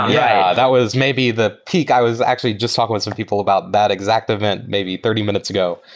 yeah. that was maybe the peak. i was actually just talking with some people about that exact event maybe thirty minutes ago.